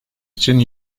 için